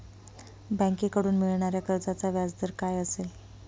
बँकेकडून मिळणाऱ्या कर्जाचा व्याजदर काय असेल?